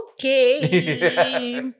Okay